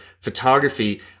photography